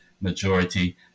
majority